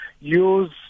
use